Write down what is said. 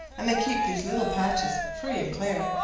and they keep these little paths free and clear,